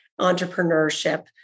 entrepreneurship